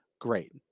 great